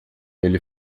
ele